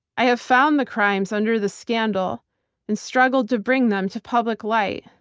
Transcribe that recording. i have found the crimes under the scandal and struggled to bring them to public light,